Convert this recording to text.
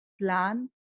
plan